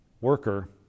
worker